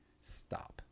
Stop